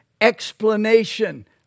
explanation